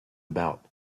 about